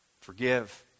forgive